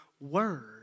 word